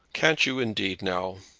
can't you indeed, now?